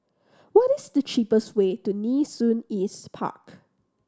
what is the cheapest way to Nee Soon East Park